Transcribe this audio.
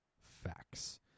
facts